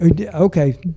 Okay